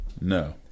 No